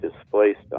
displaced